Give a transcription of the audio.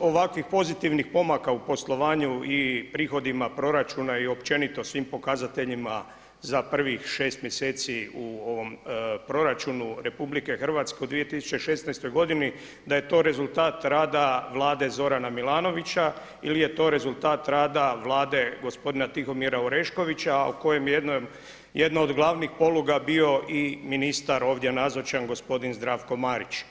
ovakvih pozitivnih pomaka u poslovanju i prihodima proračuna i općenito svim pokazateljima za prvih šest mjeseci u ovom proračunu RH u 2016. da je to rezultat rada vlade Zorana Milanovića ili je to rezultat rada vlade gospodina Tihomira Oreškovića kojem je jedna od glavnih poluga bio i ministar ovdje nazočan gospodin Zdravko Marić.